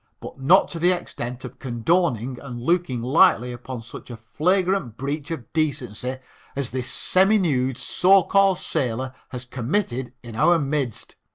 but not to the extent of condoning and looking lightly upon such a flagrant breach of decency as this semi-nude, so-called sailor has committed in our midst.